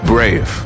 Brave